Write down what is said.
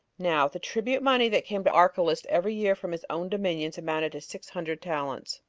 now the tribute-money that came to archelaus every year from his own dominions amounted to six hundred talents.